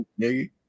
nigga